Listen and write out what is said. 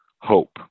hope